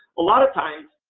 a lot of times,